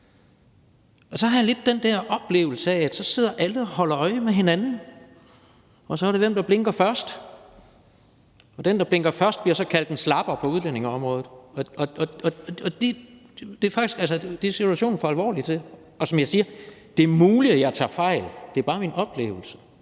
og så har jeg lidt den der oplevelse af, at så sidder alle og holder øje med hinanden, og så handler det om, hvem der blinker først, og den, der blinker først, bliver så kaldt en slapper på udlændingeområdet, og det er situationen for alvorlig til. Som jeg siger: Det er muligt, at jeg tager fejl. Det er bare min oplevelse,